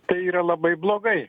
tai yra labai blogai